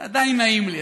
אתה עדיין נעים לי,